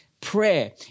Prayer